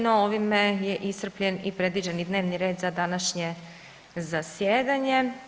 No, ovime je iscrpljen i predviđeni dnevni red za današnje zasjedanje.